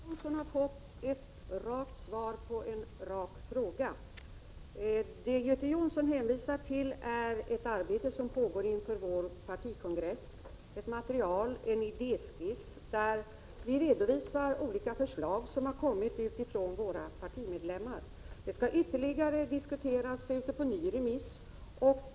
Herr talman! Göte Jonsson har fått ett rakt svar på en rak fråga. Det Göte Jonsson hänvisar till är ett arbete som pågår inför vår partikongress, där det tagits fram ett material — en idéskiss — och där vi redovisar olika förslag som kommit från våra partimedlemmar. Materialet skall ytterligare diskuteras vid en ny remiss.